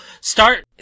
Start